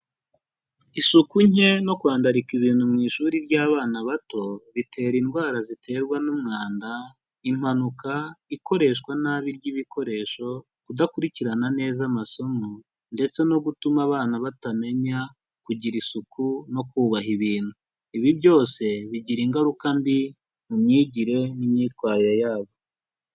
Isuku nke no kwandarika ibintu mu ishuri ry'abana bato, bitera indwara ziterwa n'umwanda, impanuka, ikoreshwa nabi ry'ibikoresho, kudakurikirana neza amasomo, ndetse no gutuma abana batamenya kugira isuku no kubaha ibintu. Ibi byose bigira ingaruka mbi mu myigire n'imyitwarire yabo.